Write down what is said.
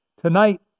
Tonight